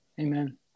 Amen